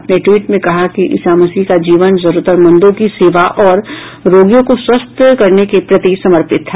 अपने ट्वीट में उन्होंने कहा कि ईसा मसीह का जीवन जरूरतमंदों की सेवा और रोगियों को स्वस्थ करने के प्रति समर्पित था